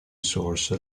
source